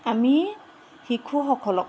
আমি শিশুসকলক